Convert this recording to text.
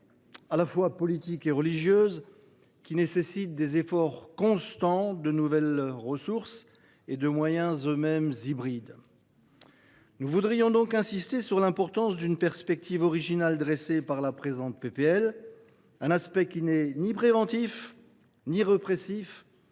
à la fois politique et religieuse, qui nécessite des efforts constants, de nouvelles ressources et des moyens eux mêmes hybrides. Nous voudrions donc insister sur l’importance de la perspective originale retenue pour la présente proposition de loi : elle n’est ni préventive ni répressive,